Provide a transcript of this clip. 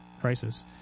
crisis